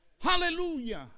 Hallelujah